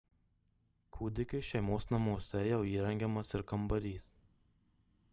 kūdikiui šeimos namuose jau įrengiamas ir kambarys